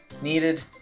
Needed